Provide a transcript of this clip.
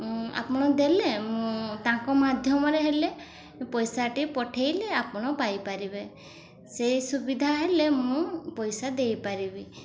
ଆପଣ ଦେଲେ ମୁଁ ତାଙ୍କ ମାଧ୍ୟମରେ ହେଲେ ପଇସାଟି ପଠାଇଲେ ଆପଣ ପାଇପାରିବେ ସେଇ ସୁବିଧା ହେଲେ ମୁଁ ପଇସା ଦେଇପାରିବି